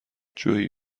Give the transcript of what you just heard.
جویی